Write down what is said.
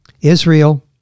Israel